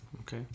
okay